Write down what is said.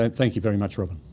ah thank you very much robyn.